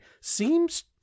seems